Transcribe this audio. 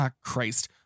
Christ